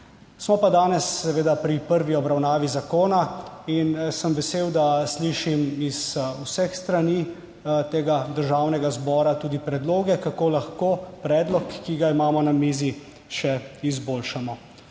Smo pa danes seveda pri prvi obravnavi zakona in sem vesel, da slišim z vseh strani tega državnega zbora tudi predloge, kako lahko predlog, ki ga imamo na mizi, še izboljšamo.